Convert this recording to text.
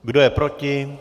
Kdo je proti?